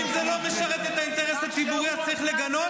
אם זה לא משרת את האינטרס הציבורי, צריך לגנות?